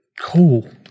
cool